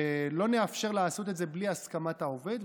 שלא נאפשר לעשות את זה בלי הסכמת העובד,